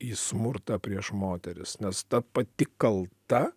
į smurtą prieš moteris nes ta pati kalta